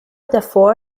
davor